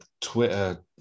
Twitter